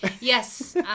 Yes